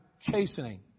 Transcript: chastening